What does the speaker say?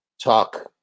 talk